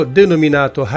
denominato